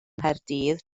nghaerdydd